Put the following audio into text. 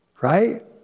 right